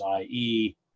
IE